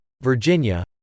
Virginia